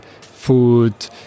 food